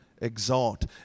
exalt